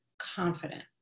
confident